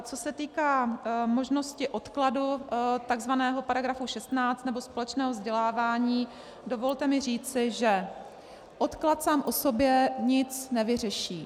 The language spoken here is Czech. Co se týká možnosti odkladu takzvaného § 16, nebo společného vzdělávání, dovolte mi říci, že odklad sám o sobě nic nevyřeší.